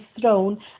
throne